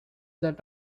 that